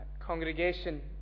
congregation